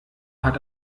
hat